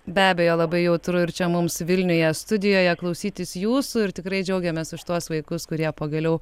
be abejo labai jautru ir čia mums vilniuje studijoje klausytis jūsų ir tikrai džiaugiamės už tuos vaikus kurie pagaliau